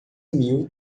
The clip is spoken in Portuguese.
mil